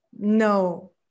no